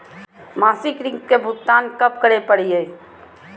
मासिक ऋण के भुगतान कब करै परही हे?